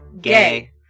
Gay